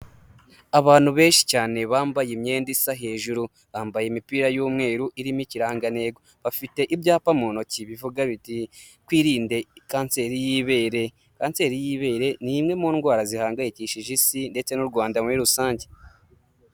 Abantu benshi cyane bambaye imyenda isa hejuru, bambaye imipira y'umweru irimo ikirangantego. Bafite ibyapa mu ntoki bivuga biti twirinde kanseri y'ibere, kanseri y'ibere ni imwe mu ndwara zihangayikishije isi ndetse n'u Rwanda muri rusange.